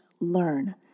learn